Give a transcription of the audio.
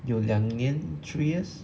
有两年 three years